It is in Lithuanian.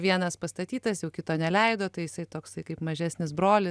vienas pastatytas jau kito neleido tai jisai toksai kaip mažesnis brolis